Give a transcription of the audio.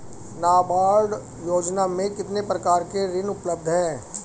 नाबार्ड योजना में कितने प्रकार के ऋण उपलब्ध हैं?